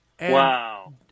Wow